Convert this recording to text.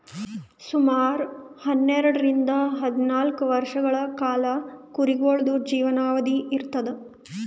ಸುಮಾರ್ ಹನ್ನೆರಡರಿಂದ್ ಹದ್ನಾಲ್ಕ್ ವರ್ಷಗಳ್ ಕಾಲಾ ಕುರಿಗಳ್ದು ಜೀವನಾವಧಿ ಇರ್ತದ್